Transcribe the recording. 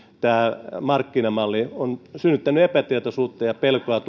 tämä markkinamalli ovat synnyttäneet epätietoisuutta ja pelkoa